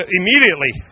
immediately